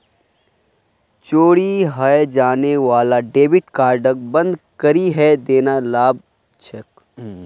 चोरी हाएं जाने वाला डेबिट कार्डक बंद करिहें देना भला छोक